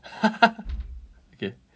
okay